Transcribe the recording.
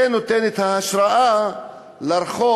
זה נותן את ההשראה לרחוב